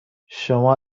شما